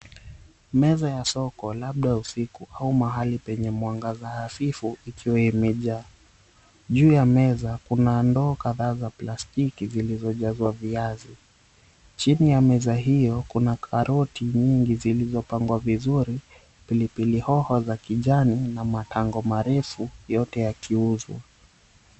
Meza ya soko labda usiku au mahali penye mwanga hafifu ikiwa imejaa. Juu ya meza, kuna ndoo kadhaa za plastiki zilizojazwa viazi. Chini ya meza hiyo, kuna karoti nyingi zilizopangwa vizuri, pilipili hoho na kijani na matango marefu yote yakiuzwa.